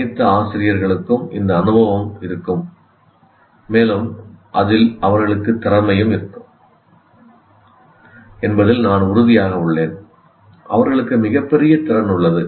அனைத்து ஆசிரியர்களுக்கும் இந்த அனுபவம் இருக்கும் மேலும் அதில் அவர்களுக்கு திறமையும் இருக்கும் என்பதில் நான் உறுதியாக உள்ளேன் அவர்களுக்கு மிகப்பெரிய திறன் உள்ளது